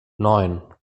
neun